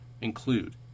include